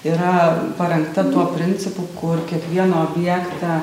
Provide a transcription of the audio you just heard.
yra parengta tuo principu kur kiekvieną objektą